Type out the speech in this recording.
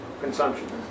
consumption